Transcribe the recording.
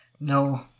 No